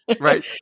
right